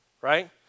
right